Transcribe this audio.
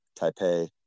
Taipei